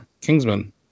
Kingsman